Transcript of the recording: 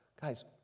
Guys